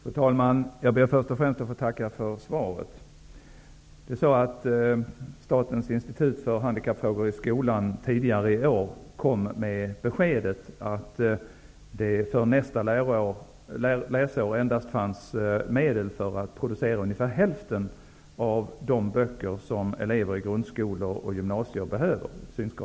Fru talman! Först och främst ber jag att få tacka för svaret. Statens institut för handikappfrågor i skolan kom tidigare i år med beskedet att det för nästa läsår endast fanns medel för att producera ungefär hälften av de böcker som synskadade elever i grundskolor och gymnasier behöver.